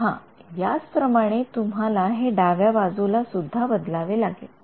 विद्यार्थी हा याच प्रमाणे तुम्हाला हे डाव्या बाजू साठी सुद्धा बदलावे लागेल